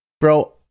Bro